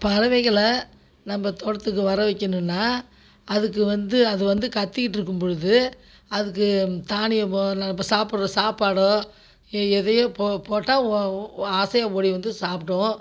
பறவைகளை நம்ம தோட்டத்துக்கு வர வைக்கணும்னா அதுக்கு வந்து அது வந்து கற்றிக்கிட்டுருக்கும் பொழுது அதுக்கு தானியமோ இல்லை நம்ம சாப்பிடுற சாப்பாடோ எதையோ போ போட்டால் ஒ ஆசையா ஓடி வந்து சாப்பிடும்